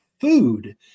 food